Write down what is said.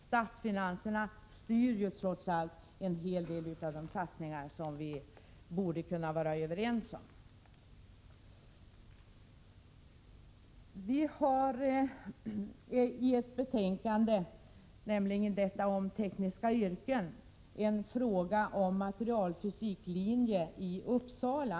Statsfinanserna styr trots allt en hel del av de satsningar som vi borde kunna vara överens om. Vi behandlar i betänkandet om tekniska yrken frågan om införandet av en materialfysiklinje i Uppsala.